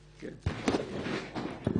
הדעת?